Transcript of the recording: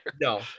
no